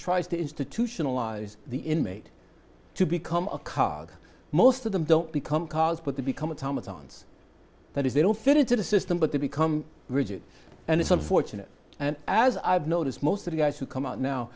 tries to institutionalize the inmate to become a card most of them don't become cars but they become atomic sounds that is they don't fit into the system but they become rigid and it's unfortunate and as i've noticed most of the guys who come out now